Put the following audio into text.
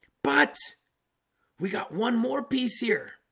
but we got one more piece here